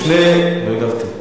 לא הגבתי.